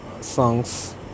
songs